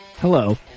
Hello